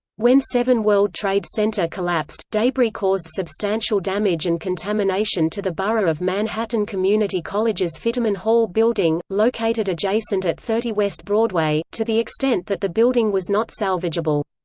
when seven world trade center collapsed, debris caused substantial damage and contamination to the borough of manhattan community college's fiterman hall building, located adjacent at thirty west broadway, to the extent that the building was not salvageable.